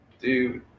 Dude